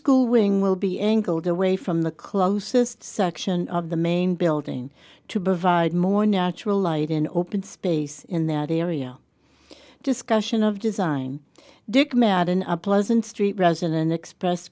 cooling will be angled away from the closest section of the main building to provide more natural light in open space in that area discussion of design dick met in a pleasant street resident express